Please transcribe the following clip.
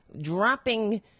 dropping